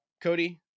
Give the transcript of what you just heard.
Cody